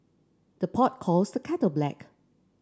the pot calls the kettle black